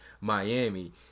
Miami